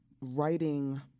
writing